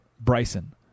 Bryson